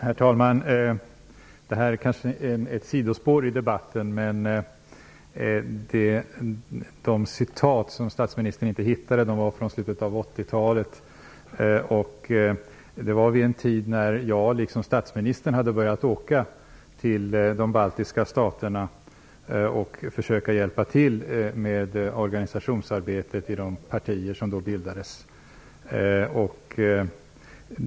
Herr talman! Det här är kanske ett sidospår i debatten. Men de citat som statsministern inte hittade är från slutet av 80-talet. Det var i en tid då jag, liksom statsministern, hade börjat åka till de baltiska staterna för att försöka hjälpa till med organisationsarbetet i de partier som då bildades.